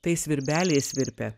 tai svirbeliai svirpia